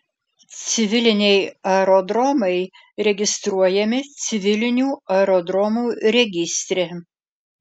civiliniai aerodromai registruojami civilinių aerodromų registre